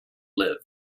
lived